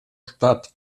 stadt